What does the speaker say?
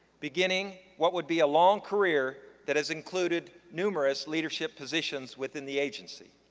beginning what would be a long career that has included numerous leadership positions within the agency.